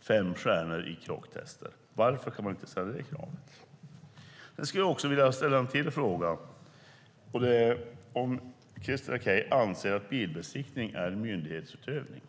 fem stjärnor i Euro NCAP:s krocktester. Varför kan man inte ställa det kravet? Jag skulle vilja ha svar på en till fråga. Anser Christer Akej att bilbesiktning är myndighetsutövning?